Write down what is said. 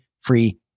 free